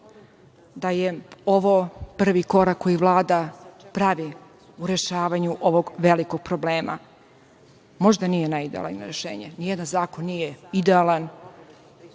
da je ovo prvi korak koji Vlada pravi u rešavanju ovog velikog problema. Možda nije najidealnije rešenje. Nijedan zakon nije idealan.